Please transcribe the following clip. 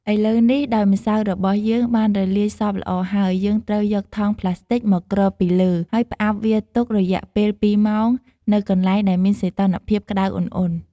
ឥឡូវនេះ ដោយម្សៅរបស់យើងបានរលាយសព្វល្អហើយ យើងត្រូវយកថង់ផ្លាស្ទិកមកគ្របពីលើ ហើយផ្អាប់វាទុករយៈពេល២ម៉ោងនៅកន្លែងដែលមានសីតុណ្ហភាពក្ដៅឧណ្ហៗ។